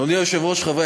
אדוני היושב-ראש, חברי